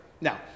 Now